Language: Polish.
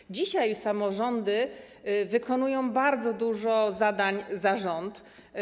Już dzisiaj samorządy wykonują bardzo dużo zadań za rząd.